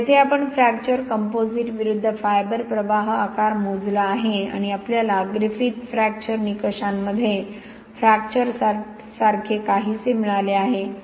तर येथे आपण फ्रॅक्चर कंपोझिट विरुद्ध फायबर प्रवाह आकार मोजला आहे आणि आपल्याला ग्रिफिथ फ्रॅक्चर निकषांमध्ये फ्रॅक्चरसारखे काहीसे मिळाले आहे